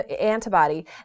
antibody